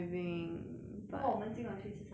不然我们今晚去吃 supper 要不要